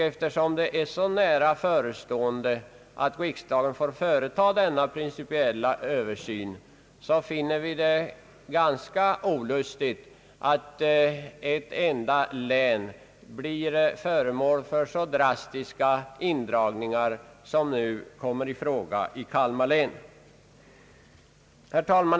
I det läget anser vi det ganska olustigt att ett enda län blir föremål för så drastiska indragningar som nu kommer i fråga för Kalmar län. Herr talman!